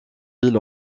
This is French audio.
villes